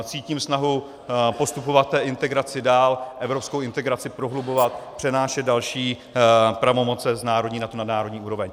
Cítím snahu postupovat v té integraci dál, evropskou integraci prohlubovat, přenášet další pravomoce z národní na nadnárodní úroveň.